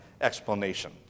explanation